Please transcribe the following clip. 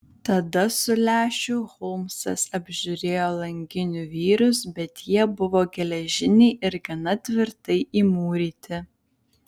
tada su lęšiu holmsas apžiūrėjo langinių vyrius bet jie buvo geležiniai ir gana tvirtai įmūryti